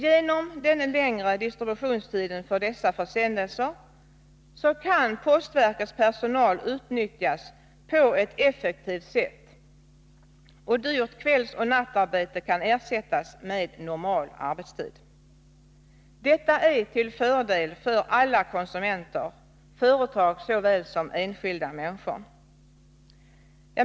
Genom den längre distributionstiden för dessa försändelser kan postverkets personal utnyttjas på ett effektivt sätt och dyrt kvällsoch nattarbete ersättas med normal arbetstid. Detta är till fördel för alla konsumenter — företag såväl som enskilda människor.